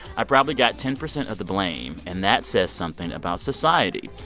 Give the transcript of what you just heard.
i probably got ten percent of the blame. and that says something about society.